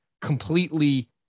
completely